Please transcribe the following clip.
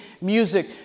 music